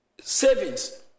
savings